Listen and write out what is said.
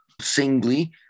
singly